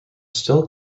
still